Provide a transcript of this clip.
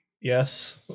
Yes